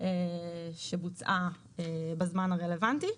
שבוצעה בזמן הרלוונטי.